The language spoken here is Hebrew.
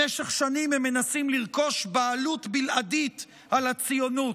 במשך שנים הם מנסים לרכוש בעלות בלעדית על הציונות,